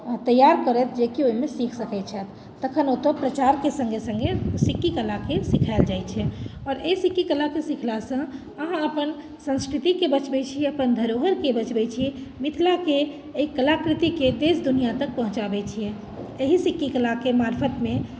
तैयार करथि जे कि ओहिमे सीख सकैत छथि तखन ओतय प्रचारके सङ्गे सङ्गे सिक्की कलाके सिखायल जाइत छै आओर एहि सिक्की कलाकेँ सिखलासँ अहाँ अपन संस्कृतिके बचबैत छी अपन धरोहरके बचबैत छी मिथिलाके एहि कलाकृतिकेँ देश दुनियआँ तक पहुँचाबैत छियै एहि सिक्की कलाके मार्फतमे